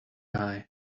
eye